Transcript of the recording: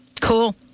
cool